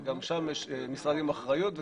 וגם שם יש משרד עם אחריות.